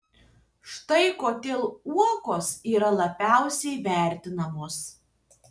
štai kodėl uogos yra labiausiai vertinamos